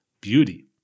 beauty